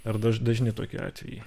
ar daž dažni tokie atvejai